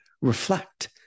reflect